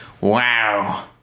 Wow